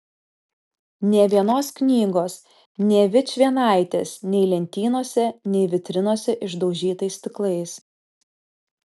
nė vienos knygos nė vičvienaitės nei lentynose nei vitrinose išdaužytais stiklais